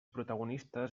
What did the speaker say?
protagonistes